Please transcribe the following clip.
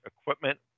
equipment